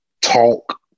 talk